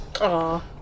Aw